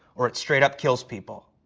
or it straight up kills people.